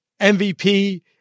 MVP